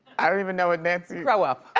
i don't even know what nancy grow up.